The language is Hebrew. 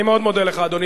אני מאוד מודה לך, אדוני.